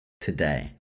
today